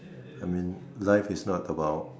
I mean life is not about